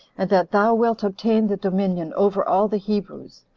and that thou wilt obtain the dominion over all the hebrews.